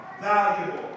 valuable